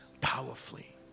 powerfully